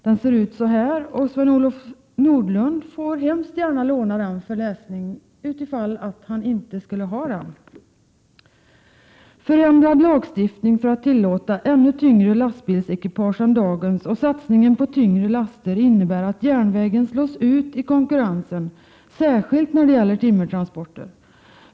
Jag har den här, och Sven-Olof Nordlund får gärna låna den för läsning, om han inte själv har den. och satsningen på tyngre laster innebär att järnvägen slås ut i konkurrensen särskilt när det gäller timmertransporter.